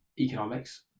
economics